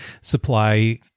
supply